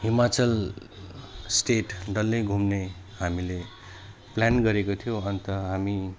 Himachal state डल्लै घुम्ने हामीले प्लान गरेको थियौँ अन्त हामी